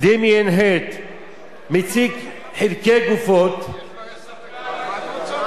דמיאן הירסט מציג חלקי גופות, איזה שחקן?